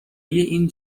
این